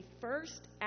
first